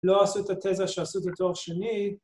‫לא עשו את התזה שעשו בתואר שני.